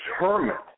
determined